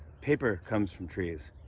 paper comes from trees.